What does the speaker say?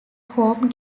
home